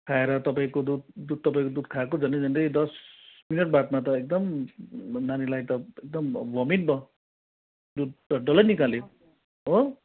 खाएर तपाईँको दुध दुध तपाईँको दुध खाएको झन्डै झन्डै दस मिनटबादमा त एकदम नानीलाई त एकदम भोमिट भयो दुध त डल्लै निकाल्यो हो